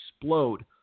explode